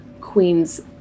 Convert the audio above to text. queen's